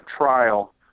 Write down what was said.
trial